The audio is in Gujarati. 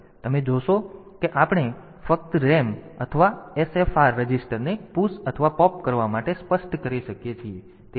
તેથી તમે જોશો કે આપણે ફક્ત RAM અથવા SFR રજિસ્ટરને પુશ અથવા પૉપ કરવા માટે સ્પષ્ટ કરી શકીએ છીએ